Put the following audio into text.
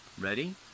ready